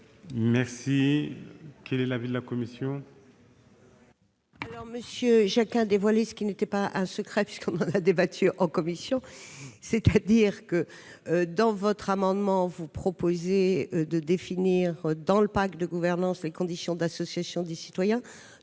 sommes. Quel est l'avis de la commission ?